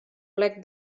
plec